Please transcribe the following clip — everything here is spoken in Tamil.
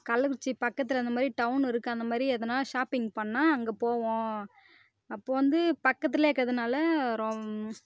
கள்ளக்குறிச்சி பக்கத்தில் இந்த மாதிரி டவுன் இருக்குது அந்த மாதிரி எதனால் ஷாப்பிங் பண்ணால் அங்கே போவோம் அப்போது வந்து பக்கத்திலே இருக்கறதுனால ரொம்